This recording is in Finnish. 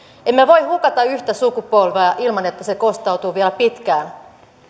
emme voi hukata yhtä sukupolvea ilman että se kostautuu vielä pitkään